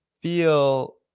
feel